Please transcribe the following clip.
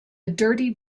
dirty